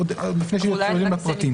עוד לפני שנכנסים לפרטים.